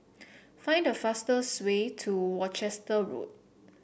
find the fastest way to Worcester Road